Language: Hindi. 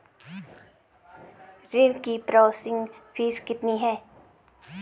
ऋण की प्रोसेसिंग फीस कितनी है?